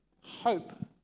hope